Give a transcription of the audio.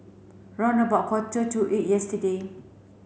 round about quarter to eight yesterday